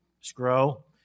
scroll